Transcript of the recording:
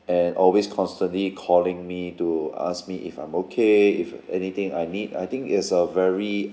and always constantly calling me to ask me if I'm okay if anything I need I think it's a very